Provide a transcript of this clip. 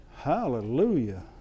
Hallelujah